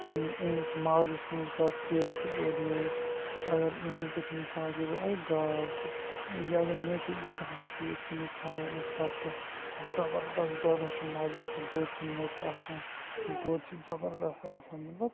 کِہِیٖنۍ یِہنٛدِس مازَس مَنٛز باسہِ ٹیسٹ اور یور اگر یِمو دوٚم مِثال کے طور گاو چھِ یہِ اَگر نیچرَلی گاسہِ کھیٚیہِ یِتھ کنۍ یہِ کھیٚوان ٲسۍ پَتہ پٮ۪ٹھ زَبردَست دۄدَس چھُ مَزٕ آسان دۄد چھُ موٹ آسان دۄد چھُ زَبردَست آسان مَطلَب